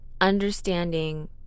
understanding